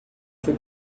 foi